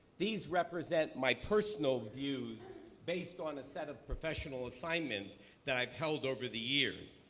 these represent my personal views based on a set of professional assignments that i've held over the years.